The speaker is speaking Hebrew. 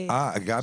גבי?